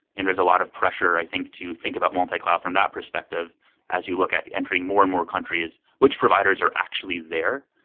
and there's a lot of pressure i think to think about multi-cloud from that perspective as you look at entering more and more countries, which providers are actually there.